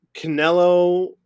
Canelo